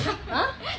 !huh!